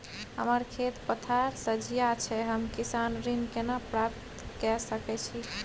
हमर खेत पथार सझिया छै हम किसान ऋण केना प्राप्त के सकै छी?